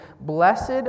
blessed